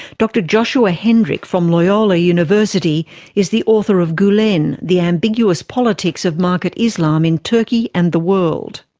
dr joshua hendrick from loyola university is the author of gulen the ambiguous politics of market islam in turkey and the world.